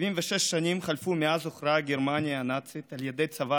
76 שנים חלפו מאז הוכרעה גרמניה הנאצית על ידי הצבא